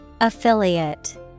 Affiliate